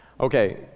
Okay